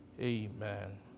amen